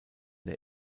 der